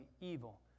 evil